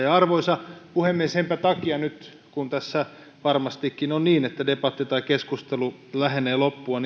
arvoisa puhemies senpä takia nyt kun tässä varmastikin on niin että debatti tai keskustelu lähenee loppuaan